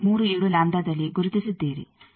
37 ದಲ್ಲಿ ಗುರುತಿಸಿದ್ದೀರಿ